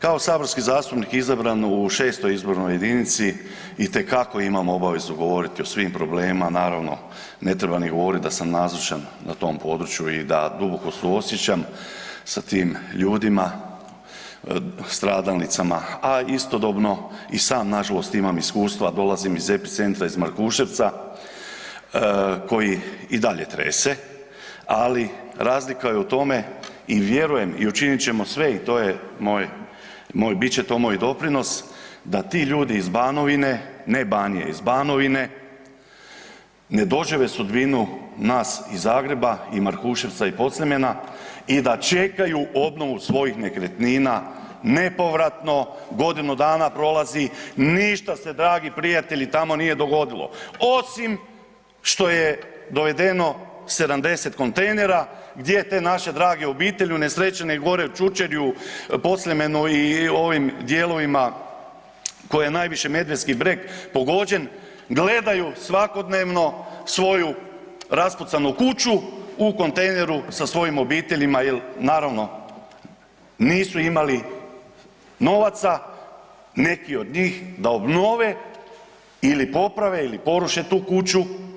Kao saborski zastupnik izabran u 6. izbornoj jedinici itekako imamo obvezu govoriti o svim problemima, naravno, ne treba ni govoriti da sam nazočan na tom području i da duboko suosjećam sa tim ljudima, stradalnicama, a istodobno i sam nažalost imam iskustva, dolazim iz epicentra, iz Markuševca koji i dalje trese, ali razlika je u tome i vjerujem i učinit ćemo i sve i to je moj, bit će to moj doprinos, da ti ljudi iz Banovine, ne Banije, iz Banovine, ne dožive sudbinu nas iz Zagreba i Markuševca i Podsljemena i da će čekaju obnovu svojih nekretnina nepovratno godinu dana polazi, ništa se, dragi prijatelji nije dogodilo, osim što je dovedeno 70 kontejnera gdje te naše drage obitelji unesrećene gore u Čučerju, Podsljemenu i ovim dijelovima koje je najviše medvedski brjeg pogođen, gledaju svakodnevno svoju raspucanu kuću u kontejneru sa svojim obiteljima jer naravno, nisu imali novaca, neki od njih da obnove ili poprave ili poruše tu kuću.